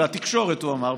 לא, לתקשורת הוא אמר.